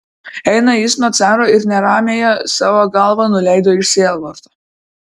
eina jis nuo caro ir neramiąją savo galvą nuleido iš sielvarto